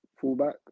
fullback